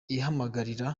ihamagarira